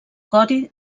codi